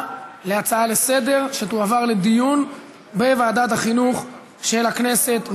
להצעה לסדר-היום שתועבר לדיון בוועדת החינוך של הכנסת.